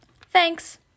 Thanks